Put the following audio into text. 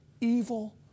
evil